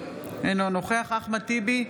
אינו נוכח אחמד טיבי,